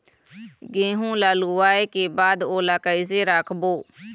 गेहूं ला लुवाऐ के बाद ओला कइसे राखबो?